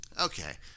okay